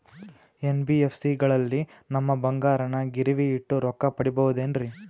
NBFC ಗಳಲ್ಲಿ ನಮ್ಮ ಬಂಗಾರನ ಗಿರಿವಿ ಇಟ್ಟು ರೊಕ್ಕ ಪಡೆಯಬಹುದೇನ್ರಿ?